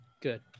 good